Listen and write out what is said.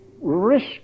risk